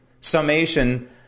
summation